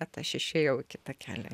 bet aš išėjau į kitą kelią